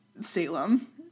Salem